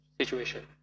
situation